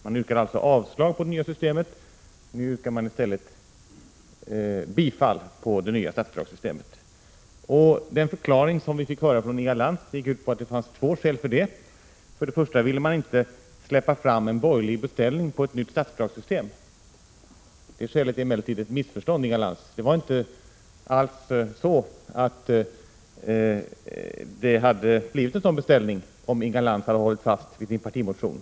Man yrkade då avslag på det nya statsbidragssystemet; nu yrkar man i stället bifall till det. Den förklaring vi fick höra tyder på att det finns två skäl. Först och främst ville man inte släppa fram en borgerlig beställning på ett statsbidragssystem. Det skälet håller inte, Inga Lantz. Det hade inte alls blivit en sådan beställning om Inga Lantz hade hållit fast vid sin partimotion.